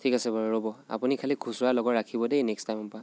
ঠিক আছে বাৰু ৰ'ব আপুনি খালি খুচুৰা লগত ৰাখিব দেই নেক্স টাইমৰ পৰা